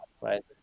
Right